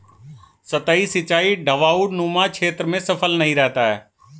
सतही सिंचाई ढवाऊनुमा क्षेत्र में सफल नहीं रहता है